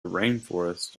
rainforests